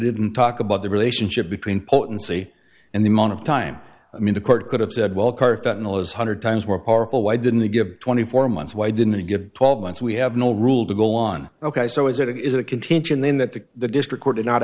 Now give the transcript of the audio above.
didn't talk about the relationship between potency and the amount of time i mean the court could have said well carton those hundred times more powerful why didn't they give twenty four months why didn't he get twelve months we have no rule to go on ok so is it is a contingent then that the the district court did not